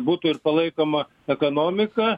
būtų ir palaikoma ekonomika